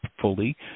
fully